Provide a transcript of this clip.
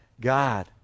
God